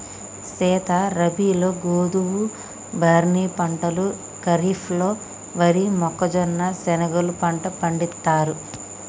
సీత రబీలో గోధువు, బార్నీ పంటలు ఖరిఫ్లలో వరి, మొక్కజొన్న, శనిగెలు పంట పండిత్తారు